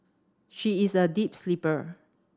she is a deep sleeper